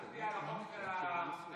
אל תצביע על החוק של החיילים.